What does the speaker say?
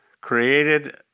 created